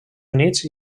units